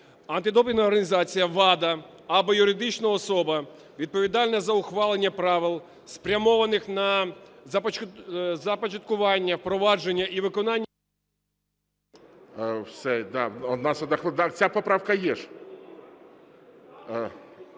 "Антидопінгова організація (ВАДА) або юридична особа, відповідальна за ухвалення правил, спрямованих на започаткування, впровадження і виконання…"